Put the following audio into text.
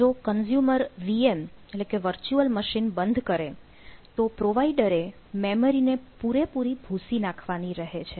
જો consumer VM બંધ કરે તો પ્રોવાઇડરે મેમરીને પૂરેપૂરી ભૂસી નાખવાની રહે છે